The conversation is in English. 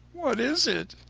what is it?